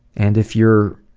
and if you're